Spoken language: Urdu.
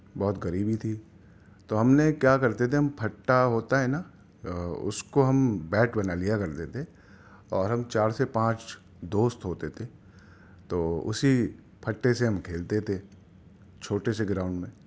بہت غریبی تھی تو ہم نے کیا کرتے تھے پھٹا ہوتا ہے نا اس کو ہم بیٹ بنا لیا کرتے تھے اور ہم چار سے پانچ دوست ہوتے تھے تو اسی پھٹے سے ہم کھیلتے تھے چھوٹے سے گراؤنڈ میں